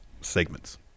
segments